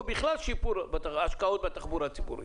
או בכלל שיפור השקעות בתחבורה הציבורית?